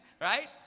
right